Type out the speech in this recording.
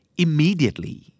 Immediately